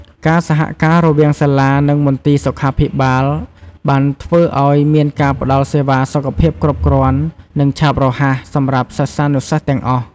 ការសហការរវាងសាលា និងមន្ទីរសុខាភិបាលបានធ្វើឲ្យមានការផ្តល់សេវាសុខភាពគ្រប់គ្រាន់ និងឆាប់រហ័សសម្រាប់សិស្សានុសិស្សទាំងអស់។